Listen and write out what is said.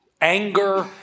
anger